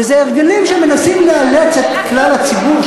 ואלה הרגלים שמנסים לאלץ את כלל הציבור,